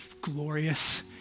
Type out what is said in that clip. glorious